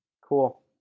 cool